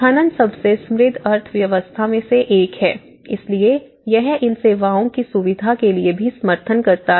खनन सबसे समृद्ध अर्थव्यवस्था में से एक है इसलिए यह इन सेवाओं की सुविधा के लिए भी समर्थन करता है